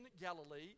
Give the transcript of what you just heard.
Galilee